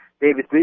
David